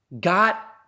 got